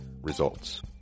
Results